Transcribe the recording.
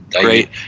great